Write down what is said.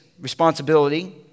responsibility